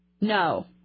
No